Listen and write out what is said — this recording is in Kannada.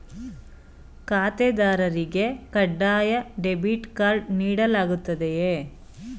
ಖಾತೆದಾರರಿಗೆ ಕಡ್ಡಾಯ ಡೆಬಿಟ್ ಕಾರ್ಡ್ ನೀಡಲಾಗುತ್ತದೆಯೇ?